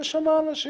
יש שם אנשים,